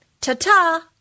Ta-ta